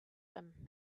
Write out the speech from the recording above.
him